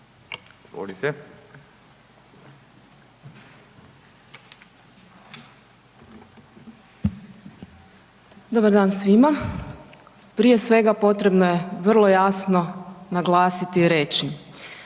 (RF)** Dobar dan svima. Prije svega potrebno je vrlo jasno naglasiti i